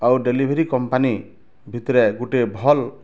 ଆଉ delivery company ଭିତରେ ଗୁଟେ ଭଲ